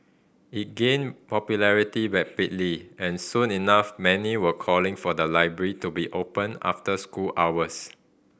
it gained popularity rapidly and soon enough many were calling for the library to be opened after school hours